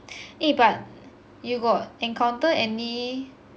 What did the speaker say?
eh but you got encounter any